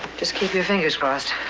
just keep your fingers crossed.